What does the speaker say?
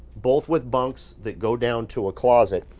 both with bunks that go down to a closet,